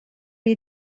you